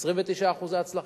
29% הצלחה.